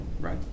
Right